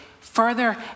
further